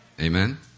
Amen